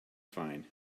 fine